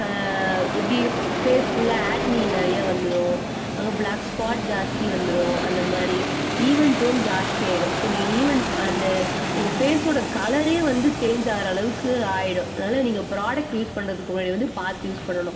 எப்படி ஃபேஸ் ஃபுல்லாக ஆக்னி நிறைய வந்துடும் அங்கே ப்ளாக் ஸ்பாட் ஜாஸ்தி வந்துடும் அந்த மாதிரி ஈவன் டோன் ஜாஸ்தி ஆயிடும் ஸோ ஈவன் அந்த உங்கள் ஃபேஸோட கலரே வந்து சேஞ்சாகிற அளவுக்கு ஆயிடும் அதனால் நீங்கள் ப்ராடக்ட் யூஸ் பண்ணுறதுக்கு முன்னாடி வந்து பார்த்து யூஸ் பண்ணணும்